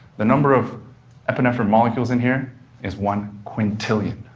the number of epinephrine molecules in here is one quintillion.